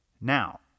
Now